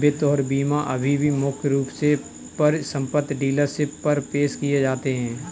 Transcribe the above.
वित्त और बीमा अभी भी मुख्य रूप से परिसंपत्ति डीलरशिप पर पेश किए जाते हैं